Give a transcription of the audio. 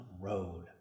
road